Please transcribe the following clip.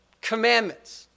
Commandments